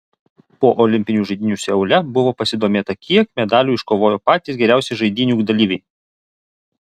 po olimpinių žaidynių seule buvo pasidomėta kiek medalių iškovojo patys geriausi žaidynių dalyviai